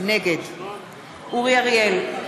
נגד אורי אריאל,